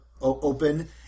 open